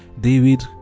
David